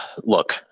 look